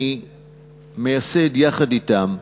אני מייסד יחד אתם,